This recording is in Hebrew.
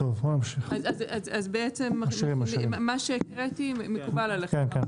אז בעצם מה שהקראתי מקובל עליכם.